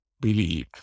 believe